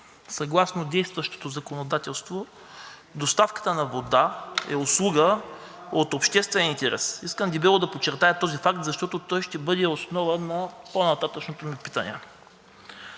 Съгласно действащото законодателството доставката на вода е услуга от обществен интерес. Искам дебело да подчертая този факт, защото той ще бъде основа на по-нататъшното ми питане.